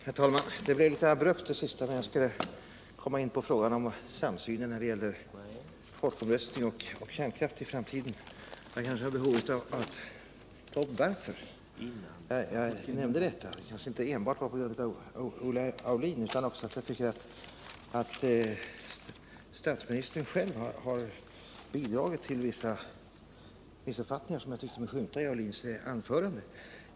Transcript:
Herr talman! Det blev ett något abrupt slut när jag skulle komma in på frågan om samsyn när det gäller folkomröstning och kärnkraft i framtiden. Jag har behov av att tala om varför jag nämnde detta — att det inte enbart var på grund av Olle Aulins anförande utan också därför att jag anser att statsministern själv har bidragit till vissa missuppfattningar som jag tyckte mig skymta i Olle Aulins anförande.